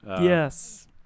yes